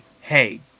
hey